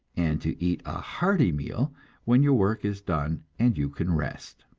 and to eat a hearty meal when your work is done and you can rest.